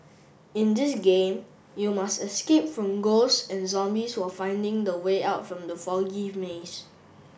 in this game you must escape from ghosts and zombies while finding the way out from the foggy maze